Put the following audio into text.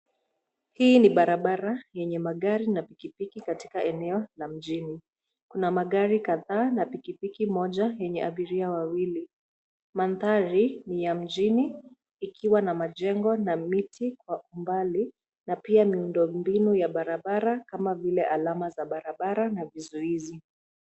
Hii ni barabara yenye magari na pikipiki katika eneo la mjini. Kuna magari kadhaa na pikipiki moja yenye abiria wawili. Mandhari ni ya mjini ikiwa na majengo na miti kwa umbali na pia miundombinu ya barabara kama vile alama za barabara na vizuizi.